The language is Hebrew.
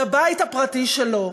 לבית הפרטי שלו.